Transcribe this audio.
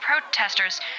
protesters